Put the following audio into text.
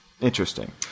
Interesting